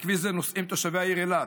על כביש זה נוסעים תושבי העיר אילת,